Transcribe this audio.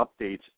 updates